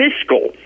fiscal